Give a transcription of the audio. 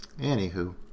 anywho